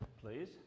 Please